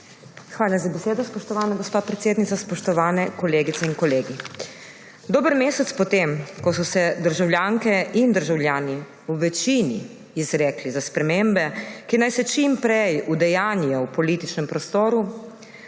Hvala za besedo, spoštovana gospa predsednica. Spoštovane kolegice in kolegi! Dober mesec po tem, ko so se državljanke in državljani v večini izrekli za spremembe, ki naj se čim prej udejanjijo v političnem prostoru,